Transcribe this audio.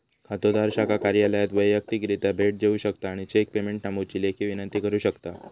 खातोदार शाखा कार्यालयात वैयक्तिकरित्या भेट देऊ शकता आणि चेक पेमेंट थांबवुची लेखी विनंती करू शकता